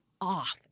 off